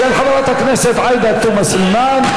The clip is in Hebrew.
של חברת הכנסת עאידה תומא סלימאן,